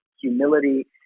humility